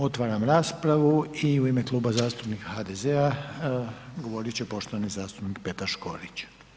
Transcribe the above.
Otvaram raspravu i u ime Kluba zastupnika HDZ-a govorit će poštovani zastupnik Petar Škorić.